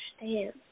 understand